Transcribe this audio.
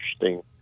interesting